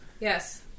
yes